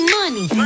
money